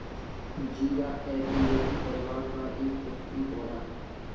जीरा ऍपियेशी परिवार का एक पुष्पीय पौधा है